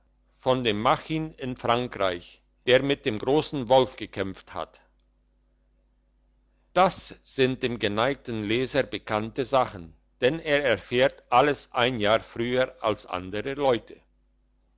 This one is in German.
von dem machin in frankreich der mit dem grossen wolf gekämpft hat das sind dem geneigten leser bekannte sachen denn er erfährt alles ein jahr früher als andere leute